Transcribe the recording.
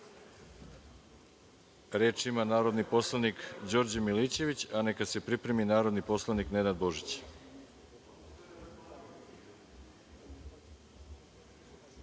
ima narodni poslanik Đorđe Milićević, a neka se pripremi narodni poslanik Nenad Božić.